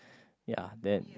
ya then